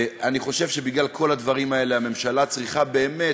אני חושב שבגלל כל הדברים האלה הממשלה צריכה באמת,